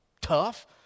tough